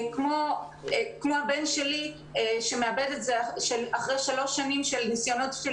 כמו הבן שלי שאחרי שלוש שנים של ניסיונות של